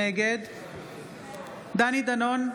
נגד דני דנון,